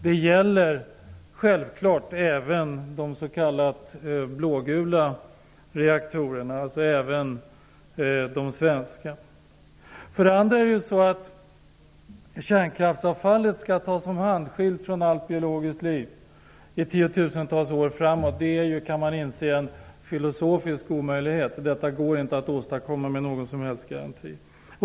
Det gäller självklart även de s.k. blågula reaktorerna, alltså även de svenska. För det andra skall kärnkraftsavfallet tas om hand, skilt från allt biologiskt liv, i tiotusentals år framåt. Det är ju, kan man inse, en filosofisk omöjlighet. Detta går inte att åstadkomma med någon som helst garanti.